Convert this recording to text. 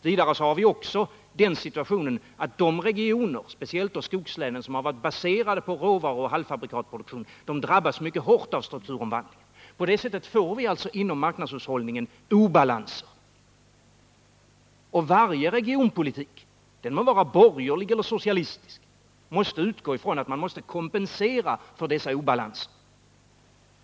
Vidare har vi den situationen att vissa regioner — speciellt då skogslänen, vilkas industri har varit baserad på råvaruoch halvfabrikatsproduktion — drabbas mycket hårt av strukturomvandlingen. På det sättet får vi inom marknadshushållningen obalanser. Varje regionalpolitik, den må vara borgerlig eller socialistisk, måste utgå ifrån att man är tvungen att kompensera för dessa obalanser.